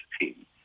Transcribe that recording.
Team